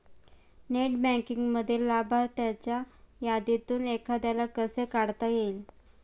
Net बँकिंगमधील लाभार्थ्यांच्या यादीतून एखाद्याला कसे काढता येईल?